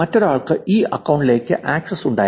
മറ്റൊരാൾക്ക് ഈ അക്കൌണ്ടിലേക്ക് ആക്സസ് ഉണ്ടായിരുന്നു